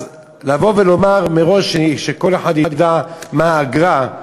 אז לבוא ולומר מראש, שכל אחד ידע מה האגרה,